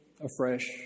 afresh